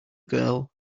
girl